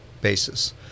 basis